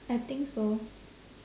I think so